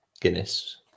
guinness